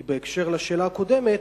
כי בהקשר לשאלה הקודמת,